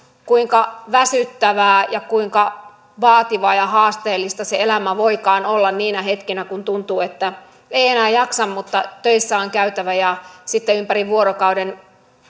kuinka väsyttävää ja kuinka vaativaa ja haasteellista se elämä voikaan olla niinä hetkinä kun tuntuu että ei enää jaksa mutta töissä on käytävä ja sitten ympärivuorokauden